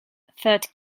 third